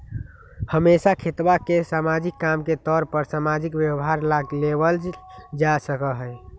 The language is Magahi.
हमेशा खेतवा के सामाजिक काम के तौर पर सामाजिक व्यवहार ला लेवल जा सका हई